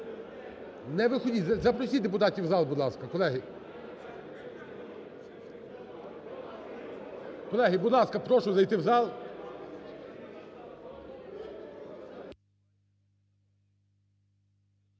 Не виходіть. Запросіть депутатів в зал, будь ласка, колеги. Колеги, будь ласка, прошу зайти в зал.